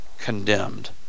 condemned